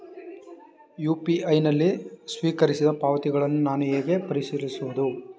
UPI ನಲ್ಲಿ ಸ್ವೀಕರಿಸಿದ ಪಾವತಿಗಳನ್ನು ನಾನು ಹೇಗೆ ಪರಿಶೀಲಿಸುವುದು?